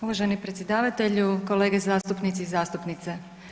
Uvaženi predsjedavatelju, kolege zastupnici i zastupnice.